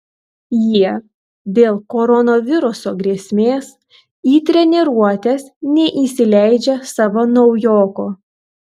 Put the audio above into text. jie dėl koronaviruso grėsmės į treniruotes neįsileidžia savo naujoko